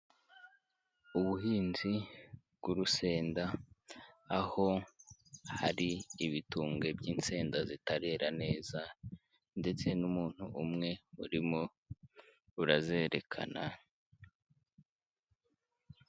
Ubuhinzi bw'urusenda aho hari ibitumbwe by'insenda zitarera neza ndetse n'umuntu umwe urimo urazerekana.